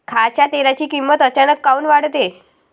खाच्या तेलाची किमत अचानक काऊन वाढते?